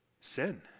sin